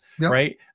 Right